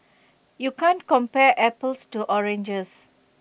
you can't compare apples to oranges